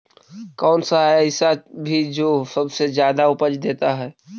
कौन सा ऐसा भी जो सबसे ज्यादा उपज देता है?